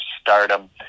stardom